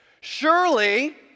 surely